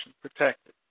protected